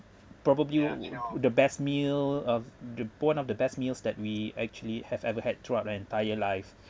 probably the best meal of the one of the best meals that we actually have ever had throughout an entire life